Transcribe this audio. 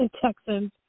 Texans